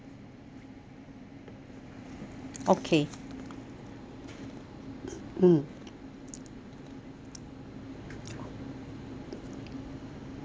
okay mm